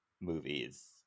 movies